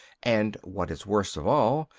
and, what is worst of all,